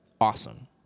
Awesome